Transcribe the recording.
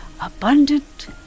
abundant